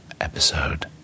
episode